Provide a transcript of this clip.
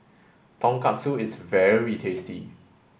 Tonkatsu is very tasty